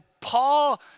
Paul